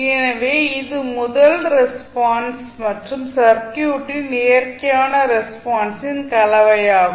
எனவே இது முதல் ரெஸ்பான்ஸ் மற்றும் சர்க்யூட்டின் இயற்கையான ரெஸ்பான்ஸின் கலவையாகும்